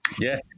yes